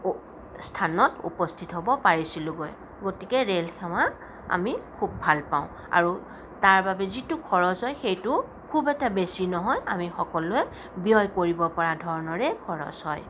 উ স্থানত উপস্থিত হ'ব পাৰিছিলোঁগৈ গতিকে ৰেল সেৱা আমি খুব ভাল পাওঁ আৰু তাৰ বাবে যিটো খৰচ হয় সেইটো খুব এটা বেছি নহয় আমি সকলোৱে ব্যয় কৰিব পৰা ধৰণৰে খৰচ হয়